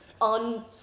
on